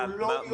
אנחנו לא --- גל,